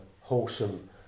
wholesome